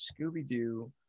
Scooby-Doo